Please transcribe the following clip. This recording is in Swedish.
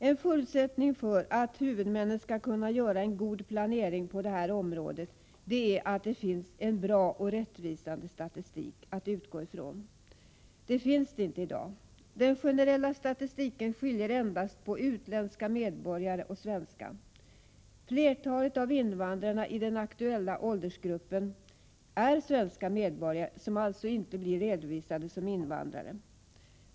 En förutsättning för att huvudmännen skall kunna göra en god planering på det här området är att det finns en bra och rättvisande statistik att utgå från. Det finns det inte i dag. Den generella statistiken skiljer endast på utländska medborgare och svenska. Flertalet av invandrarna i den aktuella åldersgruppen är svenska medborgare som alltså inte blir redovisade som invandrare.